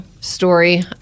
story